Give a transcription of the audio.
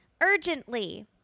urgently